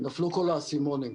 נפלו כל האסימונים.